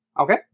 Okay